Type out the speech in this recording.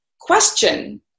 question